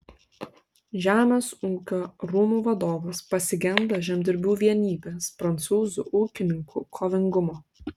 žemės ūkio rūmų vadovas pasigenda žemdirbių vienybės prancūzų ūkininkų kovingumo